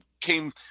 came